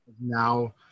now